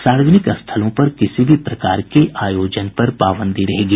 सार्वजनिक स्थलों पर किसी भी प्रकार के आयोजन पर पाबंदी रहेगा